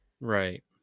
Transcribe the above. Right